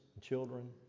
children